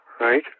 right